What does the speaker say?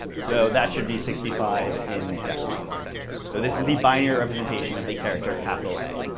so that should be sixty five in decimal so this is the binary representation of the character capital a.